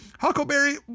Huckleberry